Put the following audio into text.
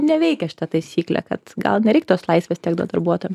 neveikia šita taisyklė kad gal nereik tos laisvės tiek duot darbuotojam